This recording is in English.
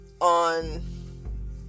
on